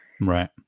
right